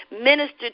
minister